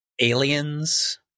aliens